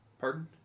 Pardon